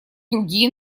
другие